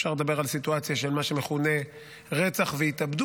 אפשר לדבר על הסיטואציה של מה שמכונה רצח והתאבדות,